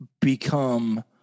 become